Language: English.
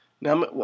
Now